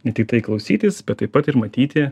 ne tiktai klausytis bet taip pat ir matyti